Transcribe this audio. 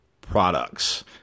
products